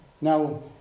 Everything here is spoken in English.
now